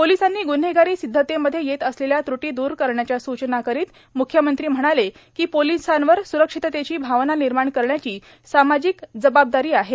पोलिसांनी ग्न्हेगारी सिद्धतेमध्ये येत असलेल्या द्रूटी द्रूटी द्रू करण्याच्या सूचना करीत म्ख्यमंत्री म्हणाले की पोलिसांवर स्रक्षिततेची भावना निर्माण करण्याची सामाजिक जबाबदारी आहे